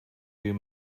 you